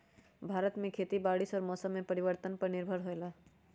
भारत में खेती बारिश और मौसम परिवर्तन पर निर्भर होयला